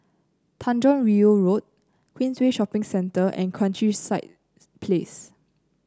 Tanjong Rhu Road Queensway Shopping Centre and Countryside Place